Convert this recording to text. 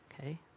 okay